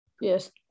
Yes